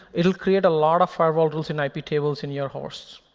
it'll create a lot of firewall rules in iptables in your hosts.